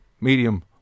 medium